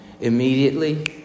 immediately